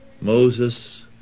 Moses